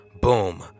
boom